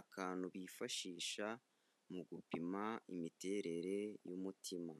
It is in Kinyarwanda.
akantu bifashisha mu gupima imiterere y'umutima.